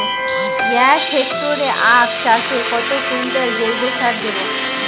এক হেক্টরে আখ চাষে কত কুইন্টাল জৈবসার দেবো?